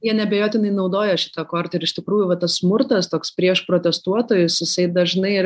jie neabejotinai naudoja šitą kortą ir iš tikrųjų va tas smurtas toks prieš protestuotojus jisai dažnai ir